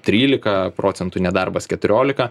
trylika procentų nedarbas keturiolika